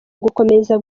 gukomeza